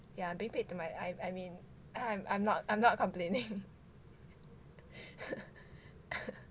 yeah being paid to my I I mean I'm not I'm not complaining